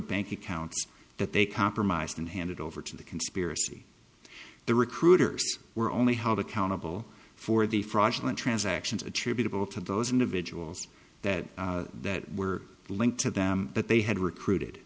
bank accounts that they compromised and handed over to the conspiracy the recruiters were only held accountable for the fraudulent transactions attributable to those individuals that that were linked to them that they had recruited